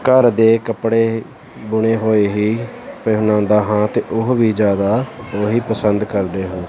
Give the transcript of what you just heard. ਘਰ ਦੇ ਕੱਪੜੇ ਬੁਣੇ ਹੋਏ ਹੀ ਪਹਿਨਾਉਂਦਾ ਹਾਂ ਅਤੇ ਉਹ ਵੀ ਜ਼ਿਆਦਾ ਉਹੀ ਪਸੰਦ ਕਰਦੇ ਹਨ